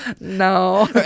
no